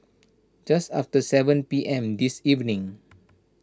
just after seven P M this evening